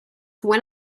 when